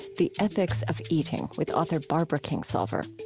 the ethics of eating, with author barbara kingsolver.